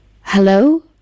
Hello